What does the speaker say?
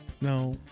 No